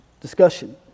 discussion